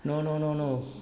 no no no no